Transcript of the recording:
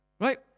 right